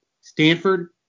Stanford